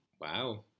wow